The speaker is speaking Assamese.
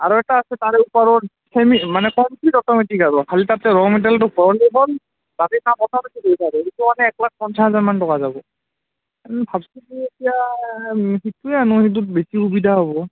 আৰু এটা আছে তাৰে ওপৰত চেমি মানে কমপ্লিট অট'মেটিক আৰু খালি তাতে ৰ' মেটেৰিয়েলটো ভৰাব লাগব তাতেই কামটো অট'মেটিক হৈ পৰে এইটো মানে এক লাখ পঞ্চাছ হাজাৰমান টকা যাব ভাবছোঁ কি এতিয়া সেইটোৱে আনো সেইটোত বেছি সুবিধা হ'ব